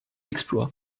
exploit